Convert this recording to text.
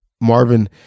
Marvin